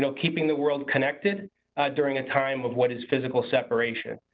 so keeping the world connected during a time of what is physical separation.